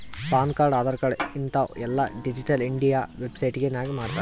PAN card, Aadhaar card ಹಿಂತಾವ್ ಎಲ್ಲಾ digital India website ನಾಗೆ ಮಾಡ್ತಾರ್